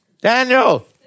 Daniel